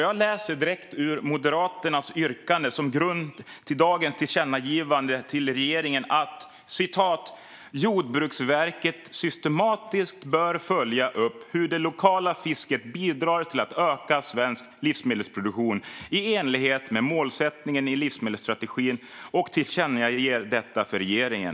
Jag läser direkt ur Moderaternas yrkande som ligger till grund för dagens förslag till tillkännagivande till regeringen att "Jordbruksverket systematiskt bör följa upp hur det lokala fisket bidrar till att öka svensk livsmedelsproduktion i enlighet med målsättningen i livsmedelsstrategin". Man tillkännager detta för regeringen.